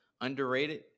underrated